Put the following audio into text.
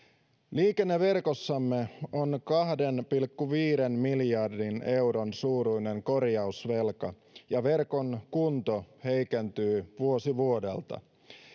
liikenneverkossamme on kahden pilkku viiden miljardin euron suuruinen korjausvelka ja verkon kunto heikentyy vuosi vuodelta